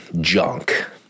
junk